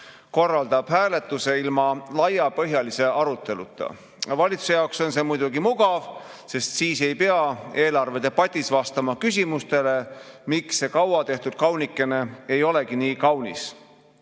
korraldab hääletuse ilma laiapõhjalise aruteluta. Valitsuse jaoks on see muidugi mugav, sest siis ei pea eelarvedebatis vastama küsimustele, miks see kaua tehtud kaunikene ei olegi nii kaunis.